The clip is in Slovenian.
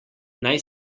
naj